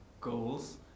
goals